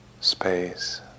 space